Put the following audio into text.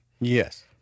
Yes